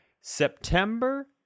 September